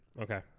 Okay